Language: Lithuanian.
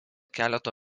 keleto